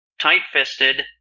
Tight-fisted